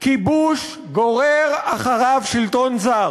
"כיבוש גורר אחריו שלטון זר,